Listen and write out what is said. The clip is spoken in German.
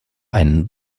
einen